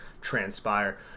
transpire